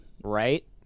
right